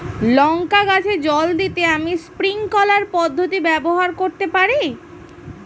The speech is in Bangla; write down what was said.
লঙ্কা গাছে জল দিতে আমি স্প্রিংকলার পদ্ধতি ব্যবহার করতে পারি?